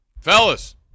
Fellas